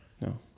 No